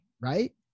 right